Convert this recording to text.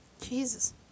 Jesus